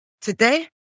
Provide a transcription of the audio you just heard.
today